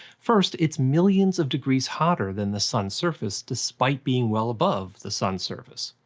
first, it's millions of degrees hotter than the sun's surface, despite being well above the sun's surface.